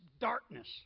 darkness